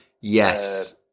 Yes